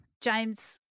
James